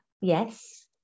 Yes